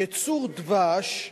ייצור דבש,